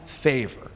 favor